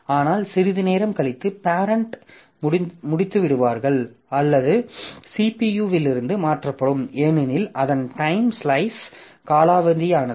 ஆனால் சிறிது நேரம் கழித்து பேரெண்ட் முடித்துவிடுவார்கள் அல்லது அது CPU இலிருந்து மாற்றப்படும் ஏனெனில் அதன் டைம் ஸ்லைஸ் காலாவதியானது